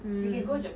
mm